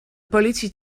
politie